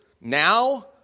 Now